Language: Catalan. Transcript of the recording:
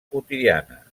quotidiana